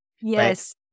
Yes